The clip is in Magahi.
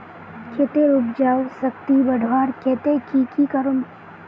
खेतेर उपजाऊ शक्ति बढ़वार केते की की करूम?